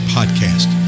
Podcast